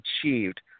achieved